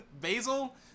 Basil